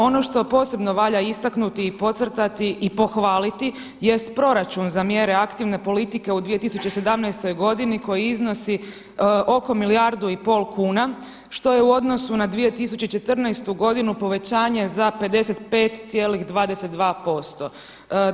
Ono što posebno valja istaknuti i podcrtati i pohvaliti jest proračun za mjere aktivne politike u 2017. godini koji iznosi oko milijardu i pol kuna, što je u odnosu na 2014. godinu povećanje za 55,22%